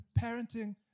parenting